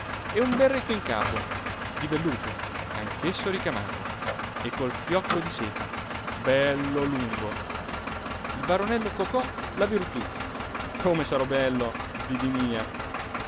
e un berretto in capo di velluto anch'esso ricamato e col fiocco di seta bello lungo il baronello cocò la virtù come sarò bello didì mia